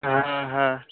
হ্যাঁ হ্যাঁ